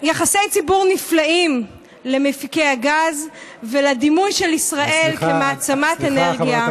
יחסי ציבור נפלאים למפיקי הגז ולדימוי של ישראל כמעצמת אנרגיה.